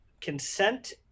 Consent